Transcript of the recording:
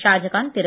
Shahjahan Thiru